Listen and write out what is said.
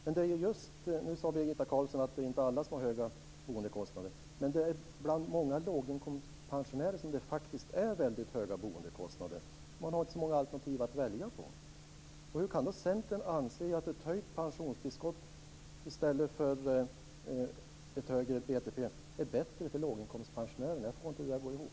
Men Birgitta Carlsson sade nyss att det inte är alla som har höga boendekostnader. Bland många låginkomstpensionärer är det faktiskt väldigt höga boendekostnader. Man har inte så många alternativ att välja på. Hur kan Centern anse att ett höjt pensionstillskott i stället för ett högre BTP är bättre för låginkomstpensionärer? Jag får det inte att gå ihop.